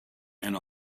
and